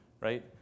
right